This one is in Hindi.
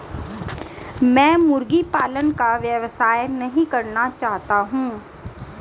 मैं मुर्गी पालन का व्यवसाय नहीं करना चाहता हूँ